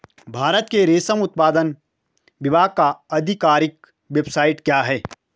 भारत के रेशम उत्पादन विभाग का आधिकारिक वेबसाइट क्या है?